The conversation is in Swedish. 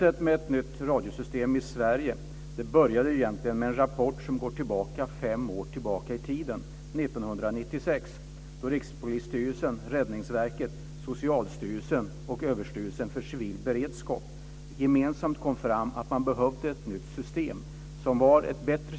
Arbetet med ett nytt radiosystem i Sverige började egentligen med en rapport som går fem år tillbaka i tiden - till 1996, då Rikspolisstyrelsen, Räddningsverket, Socialstyrelsen och Överstyrelsen för civil beredskap gemensamt kom fram till att man behövde ett nytt system som var bättre.